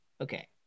Okay